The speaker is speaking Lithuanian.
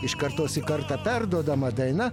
iš kartos į kartą perduodama daina